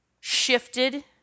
shifted